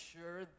sure